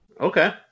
Okay